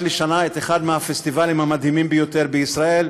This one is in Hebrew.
לשנה את אחד מהפסטיבלים המדהימים ביותר בישראל,